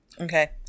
Okay